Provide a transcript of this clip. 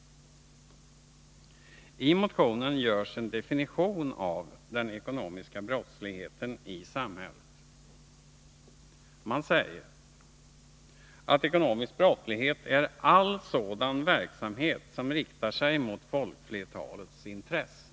I motionen görs en definition av den ekonomiska brottsligheten i samhället. Man säger att ekonomisk brottslighet är all sådan verksamhet som riktar sig mot folkflertalets intresse.